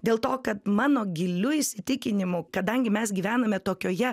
dėl to kad mano giliu įsitikinimu kadangi mes gyvename tokioje